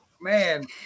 man